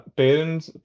parents